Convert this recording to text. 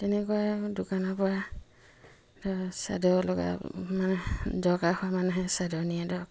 তেনেকৈয়ে মোৰ দোকানৰ পৰা ধৰক চাদৰ লগা দৰকাৰ হোৱা মানুহে চাদৰ নিয়ে ধৰক